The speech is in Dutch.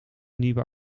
nieuwe